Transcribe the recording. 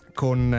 con